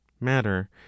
matter